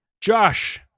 Josh